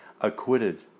acquitted